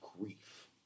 grief